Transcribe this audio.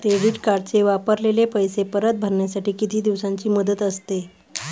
Credit कार्डचे वापरलेले पैसे परत भरण्यासाठी किती दिवसांची मुदत असते?